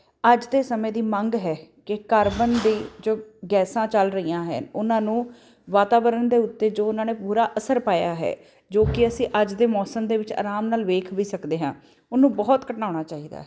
ਅੱਜ ਦੇ ਸਮੇਂ ਦੀ ਮੰਗ ਹੈ ਕਿ ਕਾਰਬਨ ਦੀਆਂ ਜੋ ਗੈਸਾਂ ਚੱਲ ਰਹੀਆਂ ਹੈ ਉਹਨਾਂ ਨੂੰ ਵਾਤਾਵਰਨ ਦੇ ਉੱਤੇ ਜੋ ਉਹਨਾਂ ਨੇ ਬੁਰਾ ਅਸਰ ਪਾਇਆ ਹੈ ਜੋ ਕਿ ਅਸੀਂ ਅੱਜ ਦੇ ਮੌਸਮ ਦੇ ਵਿੱਚ ਆਰਾਮ ਨਾਲ ਵੇਖ ਵੀ ਸਕਦੇ ਹਾਂ ਉਹਨੂੰ ਬਹੁਤ ਘਟਾਉਣਾ ਚਾਹੀਦਾ ਹੈ